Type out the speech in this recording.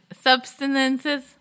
substances